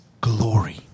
glory